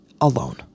alone